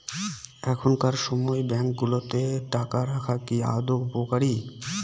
এখনকার সময় ব্যাঙ্কগুলোতে টাকা রাখা কি আদৌ উপকারী?